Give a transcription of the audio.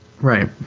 Right